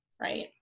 right